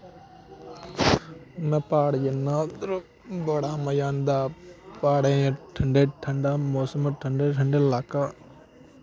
में प्हाड़ जन्नां उद्धर बड़ा मजा आंदा प्हाड़ें ठंडे ठंडा मौसम ठंडे ठंडे लाका